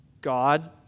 God